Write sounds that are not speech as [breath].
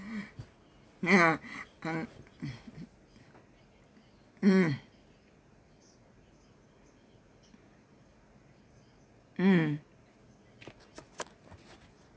[breath] ya [breath] uh mm mm